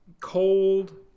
cold